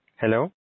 Hello